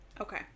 okay